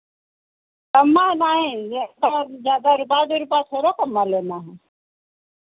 कम्मे नहीं ये ज़्यादा थोड़ो कम्मे लेना है